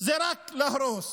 הוא רק להרוס.